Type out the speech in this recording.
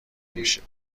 میشد